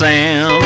Sam